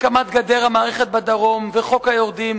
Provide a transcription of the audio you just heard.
הקמת גדר המערכת בדרום וחוק היורדים,